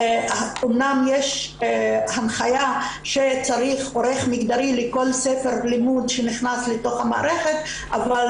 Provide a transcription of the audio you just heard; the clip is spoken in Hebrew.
אמנם יש הנחיה שצריך עורך מגדרי לכל ספר לימוד שנכנס לתוך המערכת אבל